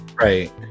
Right